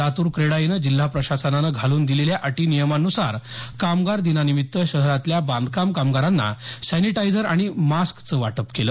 लातूर क्रेडाईनं जिल्हा प्रशासनानं घालून दिलेल्या अटी नियमानुसार कामगार दिनानिमीत्त शहरातल्या बांधकाम कामगारानां सॅनिटायझर आणि मास्कचं वाटप केलं